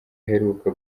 aheruka